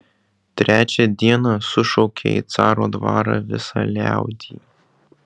trečią dieną sušaukė į caro dvarą visą liaudį